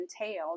entailed